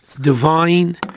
divine